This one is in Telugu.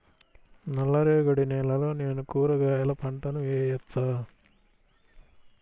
నల్ల రేగడి నేలలో నేను కూరగాయల పంటను వేయచ్చా?